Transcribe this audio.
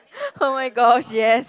oh-my-gosh yes